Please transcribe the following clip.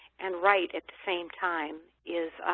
and write at the same time is